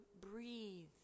breathe